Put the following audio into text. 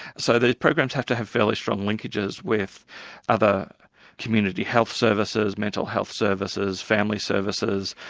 so these programs have to have fairly strong linkages with other community health services, mental health services, family services,